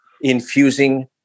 infusing